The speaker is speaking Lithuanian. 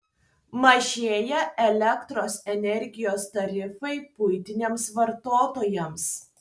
mažėja elektros energijos tarifai buitiniams vartotojams